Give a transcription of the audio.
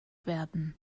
werden